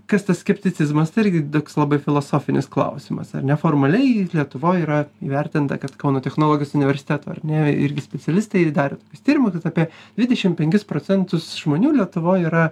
kas tas skepticizmas tai irgi toks labai filosofinis klausimas ar na formaliai lietuvoj yra įvertinta kad kauno technologijos universiteto ar ne irgi specialistai ir darė tuos tyrimus apie dvidešimt penkis procentus žmonių lietuvoj yra